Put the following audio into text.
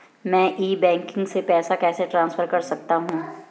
मैं e banking से पैसे कैसे ट्रांसफर कर सकता हूं?